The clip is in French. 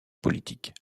politiques